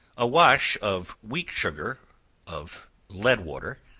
a wash of weak sugar of lead water,